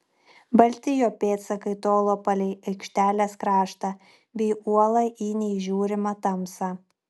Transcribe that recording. balti jo pėdsakai tolo palei aikštelės kraštą bei uolą į neįžiūrimą tamsą